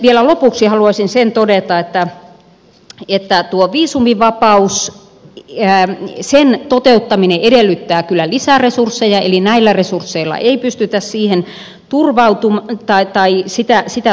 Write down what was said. vielä lopuksi haluaisin sen todeta että tuon viisumivapauden toteuttaminen edellyttää kyllä lisäresursseja eli näillä resursseilla ei pystytä sitä turvaamaan